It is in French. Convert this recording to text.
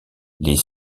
les